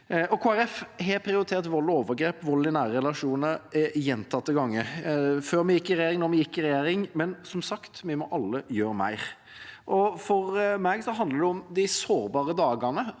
har prioritert vold og overgrep, vold i nære relasjoner, gjentatte ganger – før vi gikk i regjering, og da vi gikk i regjering – men vi må som sagt alle gjøre mer. For meg handler det om de sårbare dagene